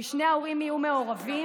כי שני ההורים יהיו מעורבים.